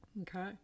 Okay